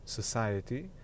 society